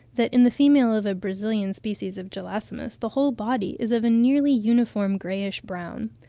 that in the female of a brazilian species of gelasimus, the whole body is of a nearly uniform greyish-brown.